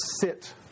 sit